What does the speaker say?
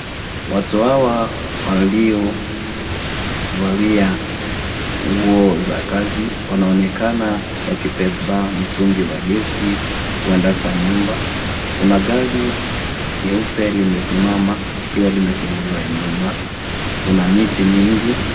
Watu hawa waliovalia nguo za kazi, wanaonekana wakibeba mtungi wa gesi kwenda kwa nyumba. Kuna gari nyeupe limesimama likiwa limefunguliwa nyuma, kuna miti mingi,